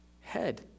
head